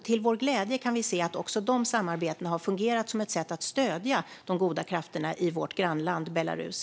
Till vår glädje kan vi se att också de samarbetena har fungerat som ett sätt att stödja de goda krafterna i vårt grannland Belarus.